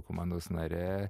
komandos nare